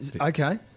Okay